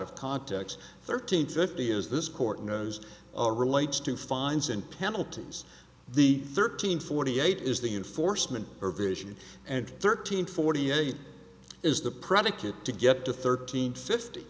of context thirteen fifty is this court knows relates to fines and penalties the thirteen forty eight is the in foresman or vision and thirteen forty eight is the predicate to get to thirteen fifty